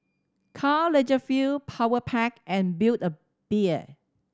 Karl Lagerfeld Powerpac and Build A Bear